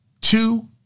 two